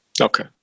Okay